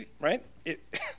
Right